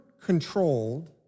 controlled